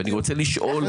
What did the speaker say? ואני רוצה לשאול.